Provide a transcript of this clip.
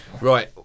Right